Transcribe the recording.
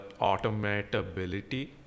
automatability